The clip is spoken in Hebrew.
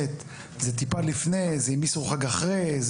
זה מעט לפני זה עם אסרו חג אחרי,